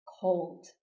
cold